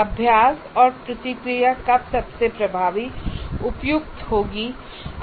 अभ्यास और प्रतिक्रिया कब सबसे प्रभावी उपयुक्त होगी